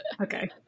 Okay